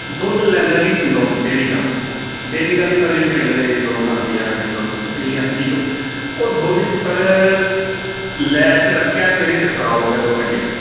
ਦੁੱਧ ਲੈਂਦਾ ਜੀ ਪਿੰਡੋਂ ਡੇਅਰੀ ਦਾ ਡੇਅਰੀ ਦਾ ਨਹੀਂ ਸਰ ਜਿਹੜੇ ਪਿੰਡ ਦੇ ਲੋਕ ਆਉਂਦੇ ਆ ਸਾਡੀ ਕਲੋਨੀ 'ਚ ਤੁਸੀਂ ਐਮ ਸੀ ਹੋ ਉਹ ਦੁੱਧ 'ਚ ਸਰ ਲੈ ਕੇ ਰੱਖਿਆ ਸਵੇਰੇ ਅਤੇ ਖ਼ਰਾਬ ਹੋ ਗਿਆ ਦੋ ਘੰਟੇ 'ਚ ਹੀ